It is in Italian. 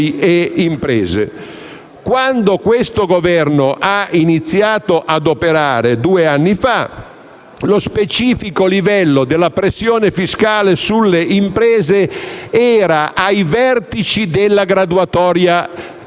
Quando questo Governo ha iniziato a operare due anni fa, lo specifico livello della pressione fiscale sulle imprese era ai vertici della graduatoria europea.